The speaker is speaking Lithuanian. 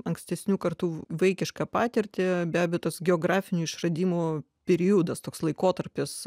ankstesnių kartų vaikišką patirtį bei abitus geografinių išradimų periodas toks laikotarpis